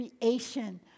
creation